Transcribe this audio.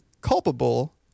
culpable